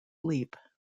leap